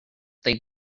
they